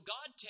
God